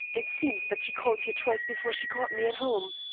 it seems that she called here twice before she caught me at home.